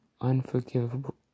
unforgivable